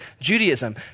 Judaism